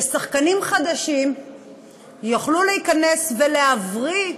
ששחקנים חדשים יוכלו להיכנס, ולהבריא,